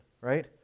right